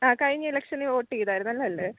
ആ കഴിഞ്ഞ എലക്ഷനിൽ വോട്ട് ചെയ്തായിരുന്നല്ലോ അല്ലേ